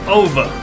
over